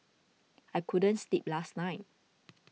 I couldn't sleep last night